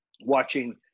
watching